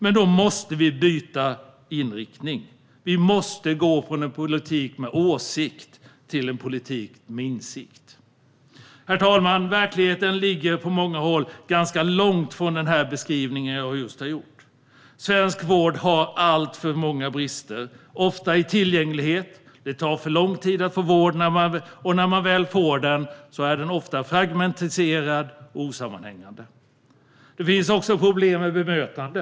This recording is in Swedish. Men då måste vi byta inriktning. Vi måste gå från en politik med åsikt till en politik med insikt. Herr talman! Verkligheten ligger på många håll ganska långt från den beskrivning jag just har gjort. Svensk vård har alltför många brister, ofta i tillgänglighet. Det tar för lång tid att få vård, och när man väl får den är den ofta fragmentiserad och osammanhängande. Det finns också problem med bemötandet.